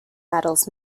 metals